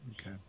Okay